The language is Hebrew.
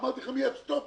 אמרתי לכם מיד: stop,